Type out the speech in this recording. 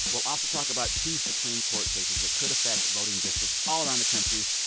we'll also talk about two supreme court cases that could affect voting districts all around the country.